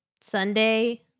Sunday